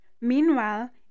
Meanwhile